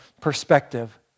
perspective